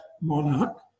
monarch